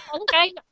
Okay